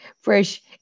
Fresh